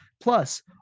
Plus